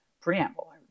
preamble